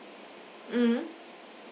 mmhmm